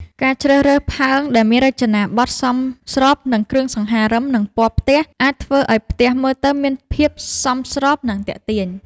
ការជ្រើសរើសផើងដែលមានរចនាបថសមស្របនឹងគ្រឿងសង្ហារឹម និងពណ៌ផ្ទះ អាចធ្វើឲ្យផ្ទះមើលទៅមានភាពសមស្រប និងទាក់ទាញ។